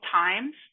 times